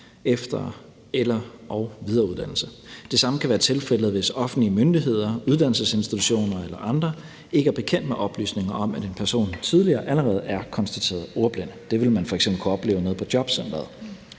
efter- og/eller videreuddannelse. Det samme kan være tilfældet, hvis offentlige myndigheder, uddannelsesinstitutioner eller andre ikke er bekendt med oplysninger om, at en person tidligere allerede er konstateret ordblind. Det vil man f.eks. kunne opleve nede på jobcenteret.